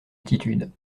attitude